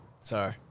Sorry